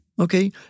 Okay